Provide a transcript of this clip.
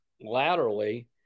laterally